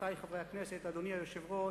רבותי חברי הכנסת, אדוני היושב-ראש,